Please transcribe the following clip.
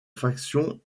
faction